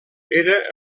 era